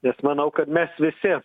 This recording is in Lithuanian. bet manau kad mes visi